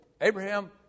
abraham